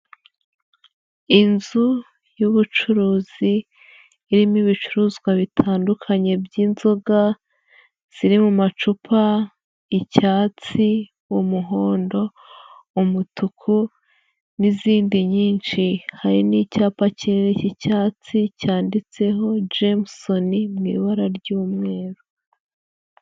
Inzu y'ubucuruzi irimo ibicuruzwa bitandukanye by'inzoga ziri mu macupa icyatsi, umuhondo, umutuku n'izindi nyinshi, hari n'icyapa kinini cy'icyatsi cyanditseho jamusoni mu ibara ry'umweru.